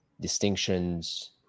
distinctions